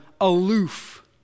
aloof